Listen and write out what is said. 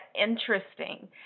interesting